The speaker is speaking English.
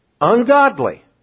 ungodly